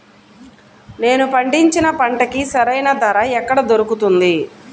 నేను పండించిన పంటకి సరైన ధర ఎక్కడ దొరుకుతుంది?